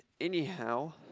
Anyhow